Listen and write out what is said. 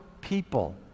people